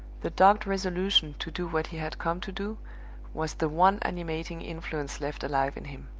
the dogged resolution to do what he had come to do was the one animating influence left alive in him.